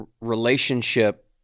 relationship